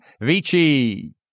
Vici